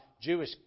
Jewish